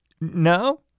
no